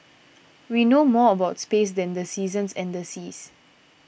we know more about space than the seasons and the seas